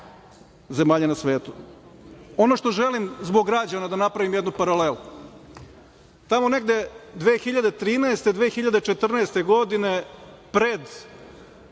zemalja na svetu. Želim zbog građana da napravim jednu paralelu. Tamo negde 2013-2014. godine, pred